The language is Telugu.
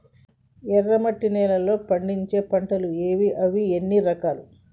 ఎర్రమట్టి నేలలో పండించే పంటలు ఏవి? అవి ఎన్ని రకాలు?